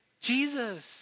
Jesus